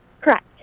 Correct